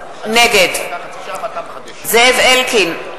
נגד זאב אלקין,